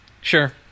sure